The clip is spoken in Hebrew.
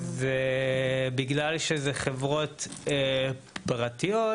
ובגלל שאלה חברות פרטיות,